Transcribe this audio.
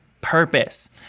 purpose